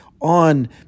on